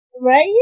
right